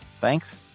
Thanks